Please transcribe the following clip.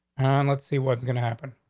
and let's see what's going to happen.